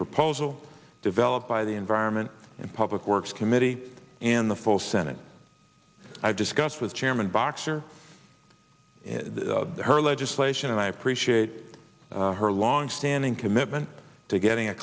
proposal developed by the environment and public works committee in the full senate i've discussed with chairman boxer in her legislation and i appreciate her longstanding commitment to getting a